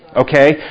okay